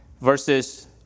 versus